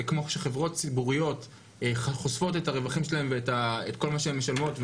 שכמו שחברות ציבוריות חושפות את הרווחים שלהן ואת כל מה שהן משלמות,